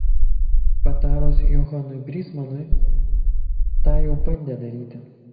patarus johanui brysmanui tą jau bandė daryti